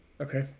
okay